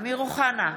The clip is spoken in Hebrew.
אמיר אוחנה,